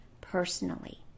personally